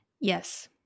Yes